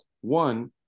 one